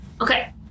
okay